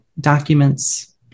documents